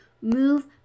move